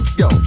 yo